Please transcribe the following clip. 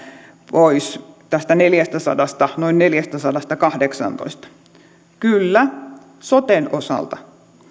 pois tästä noin neljästäsadasta kahdeksaantoista kyllä soten osalta